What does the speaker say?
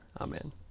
Amen